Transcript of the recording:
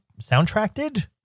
Soundtracked